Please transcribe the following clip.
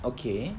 okay